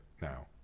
now